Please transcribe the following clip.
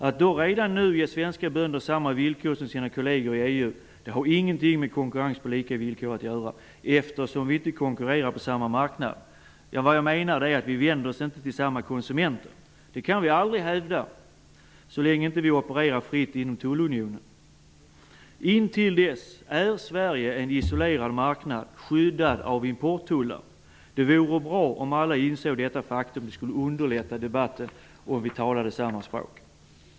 Att redan nu ge svenska bönder samma villkor som deras kolleger i EU har ingenting med konkurrens på lika villkor att göra, eftersom de inte konkurrerar på samma marknad. Vi vänder oss inte till samma konsumenter. Det kan vi aldrig hävda så länge vi inte opererar fritt inom tullunionen. Fram till dess är Sverige en isolerad marknad skyddad av importtullar. Det vore bra om alla insåg detta faktum. Det skulle underlätta debatten om vi talade samma språk.